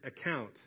account